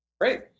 Great